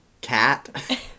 cat